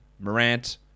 Morant